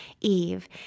Eve